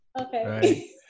Okay